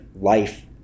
life